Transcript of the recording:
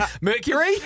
Mercury